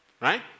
Right